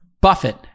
Buffett